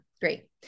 Great